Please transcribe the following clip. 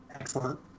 Excellent